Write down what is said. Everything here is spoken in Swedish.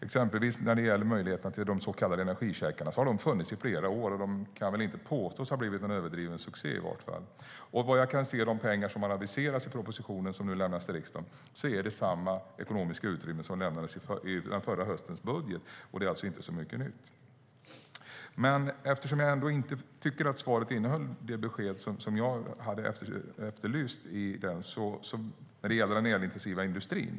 Till exempel har möjligheterna till de så kallade energicheckarna funnits i flera år, och de kan i varje fall inte påstås ha blivit någon överdriven succé. Och vad jag kan se av de pengar som aviseras i propositionen som nu lämnas till riksdagen är det samma ekonomiska utrymme som lämnades i förra höstens budget. Det är alltså inte mycket nytt. Svaret innehöll inte det besked som jag efterlyste när det gäller den elintensiva industrin.